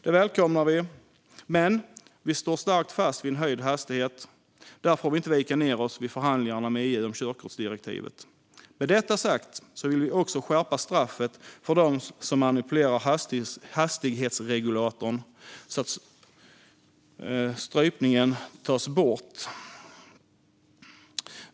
Det välkomnar vi. Men vi står starkt fast vid en höjd hastighet. Där får vi inte vika ned oss vid förhandlingarna med EU om körkortsdirektivet. Med detta sagt vill vi också skärpa straffet för dem som manipulerar hastighetsregulatorn så att strypningen tas bort.